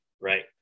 right